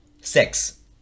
Six